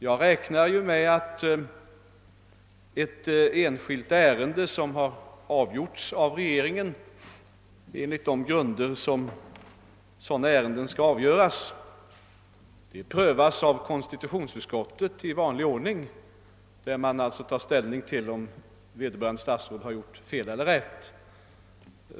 Jag utgår från att ett enskilt ärende som har avgjorts av regeringen på de grunder, enligt vilka sådana ärenden skall handläggas, i vanlig ordning blir prövat av konstitutionsutskottet, där man alltså tar ställning till om vederbörande statsråd handlat rätt.